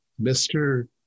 Mr